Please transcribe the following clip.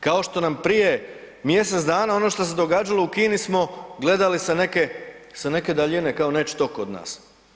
Kao što nam prije mjesec dana ono što se događalo u Kini smo gledali sa neke, sa neke daljine, kao neće to kod nas.